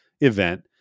event